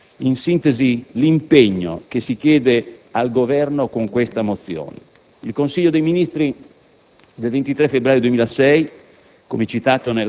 È questo, in sintesi, l'impegno che si chiede al Governo con la mozione n. 48. Il Consiglio dei ministri del 23 febbraio 2006